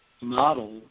model